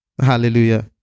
Hallelujah